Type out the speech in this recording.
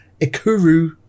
Ikuru